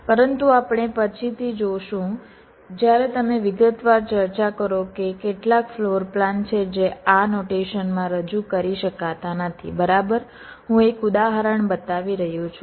પરંતુ આપણે પછીથી જોશું જ્યારે તમે વિગતવાર ચર્ચા કરો કે કેટલાક ફ્લોરપ્લાન છે જે આ નોટેશનમાં રજૂ કરી શકાતા નથી બરાબર હું એક ઉદાહરણ બતાવી રહ્યો છું